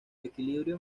equilibrio